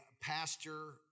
pastor